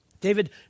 David